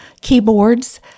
keyboards